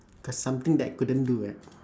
cause something that I couldn't do ah